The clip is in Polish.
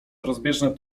rozbieżne